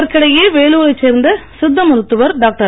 இதற்கிடையே வேலூரைச் சேர்ந்த சித்த மருத்துவர் டாக்டர்